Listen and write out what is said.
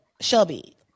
Shelby